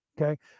Okay